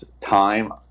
time